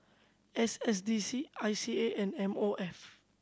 S S D C I C A and M O F